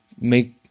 make